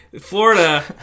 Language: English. florida